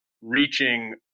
reaching